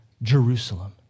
Jerusalem